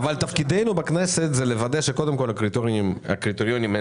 תפקידנו בכנסת הוא לוודא שקודם כל הקריטריונים הם